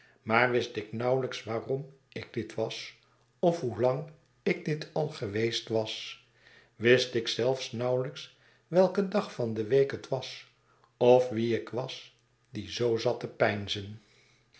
maar wist ik nauwelyks waarom ik dit was of hoelang ik dit al geweest was wist ik zelfs nauwelijks welke dag van de week het was of wie ik was die zoo zat te